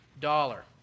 dollar